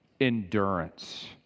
Endurance